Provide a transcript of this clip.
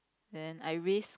then I risk